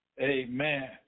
Amen